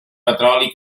petroli